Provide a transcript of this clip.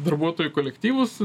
darbuotojų kolektyvus